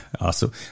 Awesome